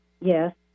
Yes